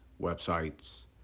websites